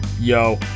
Yo